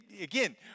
again